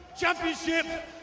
Championship